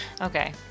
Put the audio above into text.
Okay